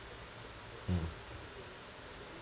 hmm